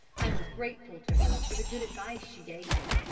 i was grateful to her for the good advice she gave me,